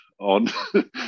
On